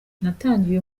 natangiye